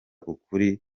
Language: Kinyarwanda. ukuri